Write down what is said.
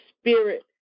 spirit